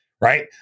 right